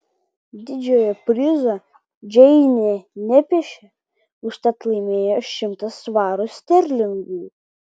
didžiojo prizo džeinė nepešė užtat laimėjo šimtą svarų sterlingų